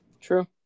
True